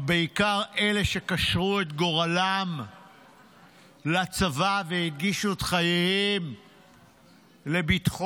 אבל בעיקר אלה שקשרו את גורלם לצבא והקדישו את חייהם לביטחון